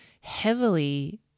heavily